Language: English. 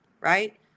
right